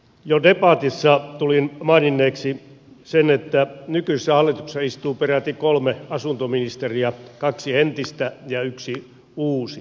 jo debatissa tulin maininneeksi sen että nykyisessä hallituksessa istuu peräti kolme asuntoministeriä kaksi entistä ja yksi uusi